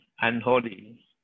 unholy